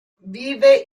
vive